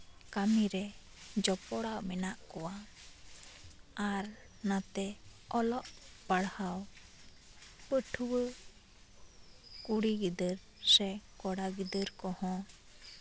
ᱠᱟᱹᱢᱤᱨᱮ ᱡᱚᱯᱲᱟᱣ ᱢᱮᱱᱟᱜ ᱠᱚᱣᱟ ᱟᱨ ᱱᱚᱛᱮ ᱚᱞᱚᱜ ᱯᱟᱲᱦᱟᱣ ᱯᱟᱹᱴᱷᱩᱣᱟᱹ ᱠᱩᱲᱤ ᱜᱤᱫᱟᱹᱨ ᱥᱮ ᱠᱚᱲᱟ ᱜᱤᱫᱟᱹᱨ ᱠᱚᱦᱚᱸ